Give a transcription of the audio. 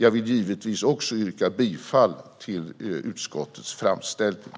Jag vill givetvis yrka bifall till utskottets förslag i betänkandet.